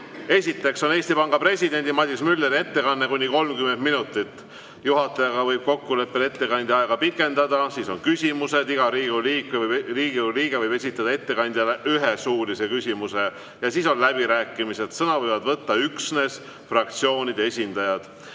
Esiteks on Eesti Panga presidendi Madis Mülleri ettekanne kuni 30 minutit. Juhataja võib kokkuleppel ettekandja aega pikendada. Siis on küsimused. Iga Riigikogu liige võib esitada ettekandjale ühe suulise küsimuse. Ja siis on läbirääkimised. Sõna võivad võtta üksnes fraktsioonide esindajad.